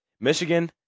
Michigan